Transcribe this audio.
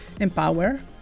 empower